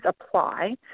apply